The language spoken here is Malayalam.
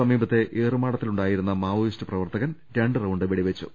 സമീപത്തെ ഏറുമാടത്തിലുണ്ടായിരുന്ന മാവോയിസ്റ്റ് പ്രവർത്തകൻ രണ്ട് റൌണ്ട് വെടിവെച്ചു